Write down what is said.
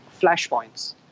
flashpoints